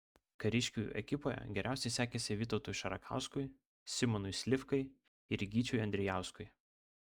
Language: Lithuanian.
kariškių ekipoje geriausiai sekėsi vytautui šarakauskui simonui slivkai ir gyčiui andrijauskui